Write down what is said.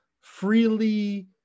freely